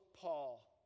Paul